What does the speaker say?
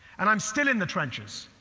and i'm still in the trenches.